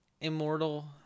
immortal